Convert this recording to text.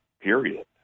period